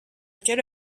quelle